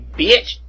bitch